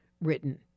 written